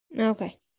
okay